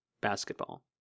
basketball